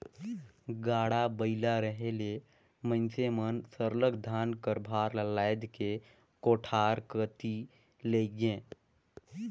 गाड़ा बइला रहें ले मइनसे मन सरलग धान कर भार ल लाएद के कोठार कती लेइजें